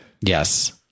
yes